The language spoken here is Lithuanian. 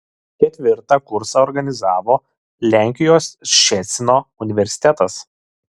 ketvirtą kursą organizavo lenkijos ščecino universitetas